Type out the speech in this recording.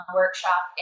workshop